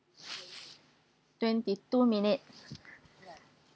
twenty two minutes